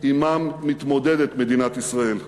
שעמם מתמודדת מדינת ישראל,